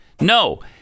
No